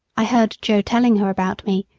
i heard joe telling her about me,